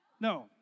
No